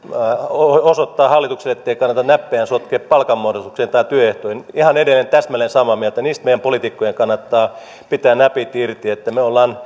osoittaa hallitukselle ettei kannata näppejään sotkea palkanmuodostukseen tai työehtoihin olen edelleen täsmälleen samaa mieltä niistä meidän poliitikkojen kannattaa pitää näpit irti me olemme